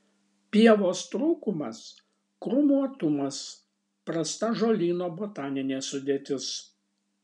pievos trūkumas krūmuotumas prasta žolyno botaninė sudėtis